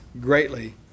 greatly